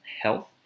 health